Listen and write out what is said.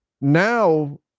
now